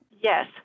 Yes